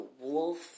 Wolf